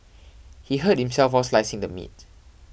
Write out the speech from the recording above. he hurt himself while slicing the meat